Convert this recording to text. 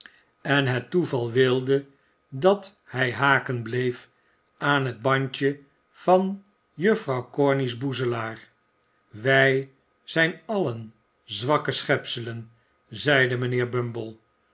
en het toeval wi de dat hij haken bleef aan het bandje van juffrouw corney's boezelaar wij zijn allen zwakke schepselen zeide mijnheer